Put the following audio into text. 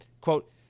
Quote